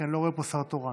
כי אני לא רואה פה שר תורן.